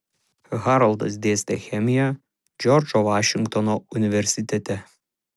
haroldas dėstė chemiją džordžo vašingtono universitete